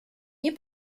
nie